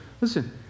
listen